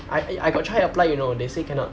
I eh I got try apply you know they say cannot